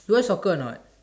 you watch soccer not